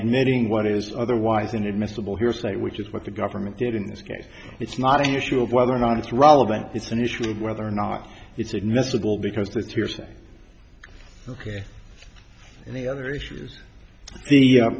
admitting what is otherwise inadmissible hearsay which is what the government did in this case it's not an issue of whether or not it's relevant it's an issue of whether or not it's admissible because the tears ok and the other issues the